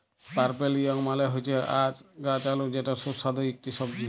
purple yam মালে হচ্যে গাছ আলু যেটা সুস্বাদু ইকটি সবজি